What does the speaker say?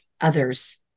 others